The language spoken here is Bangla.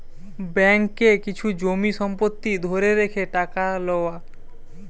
ব্যাঙ্ককে কিছু জমি সম্পত্তি ধরে রেখে টাকা লওয়া